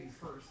first